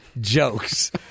jokes